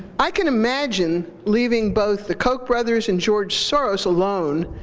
i can imagine leaving both the koch brothers and george souros alone,